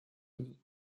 unis